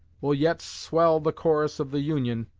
will yet swell the chorus of the union,